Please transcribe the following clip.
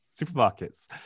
supermarkets